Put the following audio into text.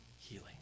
healing